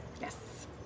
Yes